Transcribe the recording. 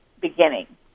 beginning